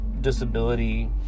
disability